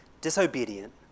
disobedient